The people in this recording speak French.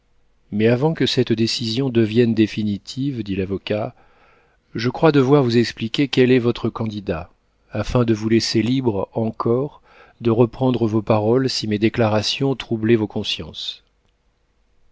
mais avant que cette décision devienne définitive dit l'avocat je crois devoir vous expliquer quel est votre candidat afin de vous laisser libres encore de reprendre vos paroles si mes déclarations troublaient vos consciences